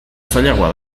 zailagoa